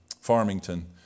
Farmington